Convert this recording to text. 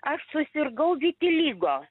aš susirgau vitiligo